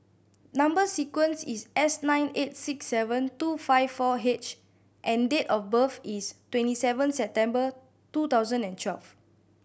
number sequence is S nine eight six seven two five four H and date of birth is twenty seven September two thousand and twelve